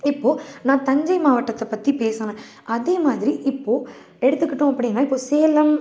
இப்போது நான் தஞ்சை மாவட்டத்தை பற்றி பேசினேன் அதேமாதிரி இப்போது எடுத்துக்கிட்டோம் அப்படினா இப்போ சேலம்